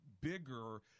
bigger